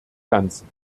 ganzen